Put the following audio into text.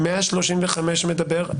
135(ב) מדבר,